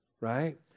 Right